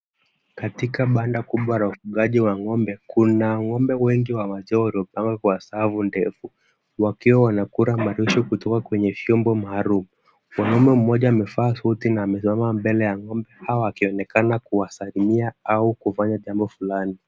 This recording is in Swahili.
Katika banda kubwa la ufugaji wa ng'ombe, kuna ng'ombe wengi wa wachoro wamepangwa kwa safu ndefu wakiwa wanakula marutu kutoka kwenye chombo maalum. Mwanaume mmoja amevaa suti na amesimama mbele ya ng'ombe hawa akionekana kuwasalimia au kufanya jambo fulani.